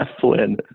flynn